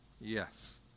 Yes